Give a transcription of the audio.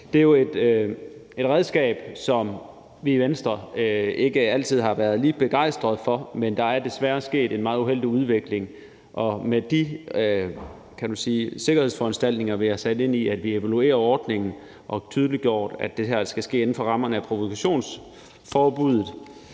Det er jo et redskab, som vi i Venstre ikke altid har været lige begejstrede for, men der er desværre sket en meget uheldig udvikling, og med de sikkerhedsforanstaltninger, vi har lagt ind over det, ved at der skal foretages en evaluering af ordningen, og ved at tydeliggøre, at det her skal ske inden for rammerne af provokationsforbuddet,